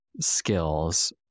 skills